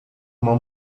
uma